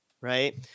right